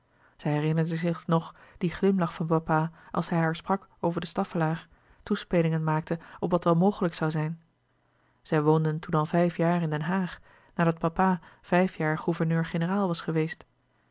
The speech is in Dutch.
zij herinnerde zich nog dien glimlach van papa als hij haar sprak over de staffelaer toespelingen maakte op wat wel mogelijk zoû zijn zij woonden toen al vijf jaar in den haag nadat papa vijf jaar gouverneur-generaal was geweest